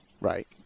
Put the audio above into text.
Right